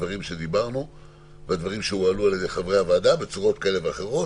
מהדברים שדיברנו והדברים שהועלו על ידי חברי הוועדה בצורות כאלה ואחרות,